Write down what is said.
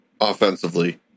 offensively